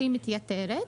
שהיא מתייתרת,